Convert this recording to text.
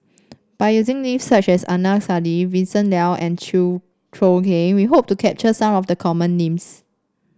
by using names such as Adnan Saidi Vincent Leow and Chew Choo Keng we hope to capture some of the common names